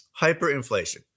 Hyperinflation